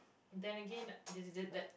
then again that